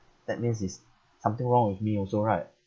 that means it's something wrong with me also right